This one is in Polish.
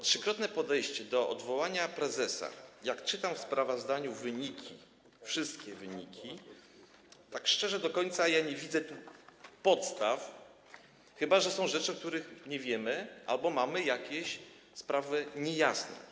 Trzykrotne podejście do odwołania prezesa, a kiedy czytam w sprawozdaniu, jakie są wyniki, wszystkie wyniki, to, tak szczerze, do końca nie widzę tu podstaw, chyba że są rzeczy, o których nie wiemy, albo mamy jakieś sprawy niejasne.